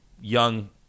young